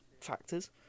factors